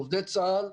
עובדי צה"ל,